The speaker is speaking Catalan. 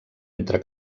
entre